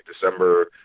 December